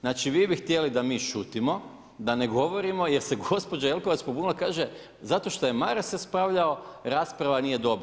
Znači vi bi htjeli da mi šutimo, da ne govorimo jer se gospođa Jelkovac pobunila, kaže zato što je Maras raspravljao rasprava nije dobra.